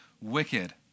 wicked